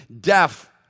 deaf